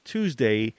Tuesday